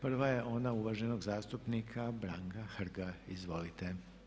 Prva je ona uvaženog zastupnika Branka Hrga, izvolite.